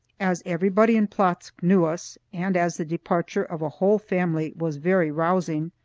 as everybody in plotzk knew us, and as the departure of a whole family was very rousing,